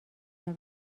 اونو